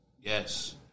Yes